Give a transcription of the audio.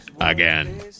again